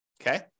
Okay